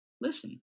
listen